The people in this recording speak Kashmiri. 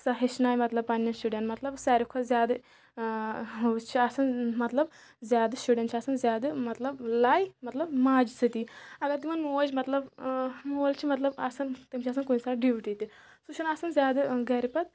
سۄ ہیٚچھنایہِ مطلب پَنٛنٮ۪ن شُرٮ۪ن مطلب ساروی کھۄتہٕ زیادٕ ہُہ چھُ آسَان مطلب زیادٕ شُرٮ۪ن چھِ آسَان زیادٕ مطلب لاے مطلب ماجہِ سۭتی اگر تِمَن موج مطلب مول چھِ مطلب آسَان تِم چھِ آسَان کُنہِ ساتہٕ ڈیوٹی تہِ سُہ چھُنہٕ آسَان زیادٕ گَرِ پَتہٕ